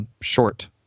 short